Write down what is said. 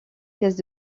pièces